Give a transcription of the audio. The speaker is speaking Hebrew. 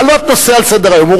להעלות נושא על סדר-היום.